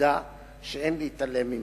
בעובדה שאין להתעלם ממנו.